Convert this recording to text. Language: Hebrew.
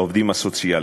העובדים הסוציאליים.